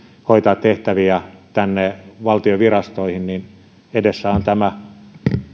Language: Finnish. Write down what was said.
hoitaa tehtäviä viedään tänne valtion virastoihin niin edessä on tämä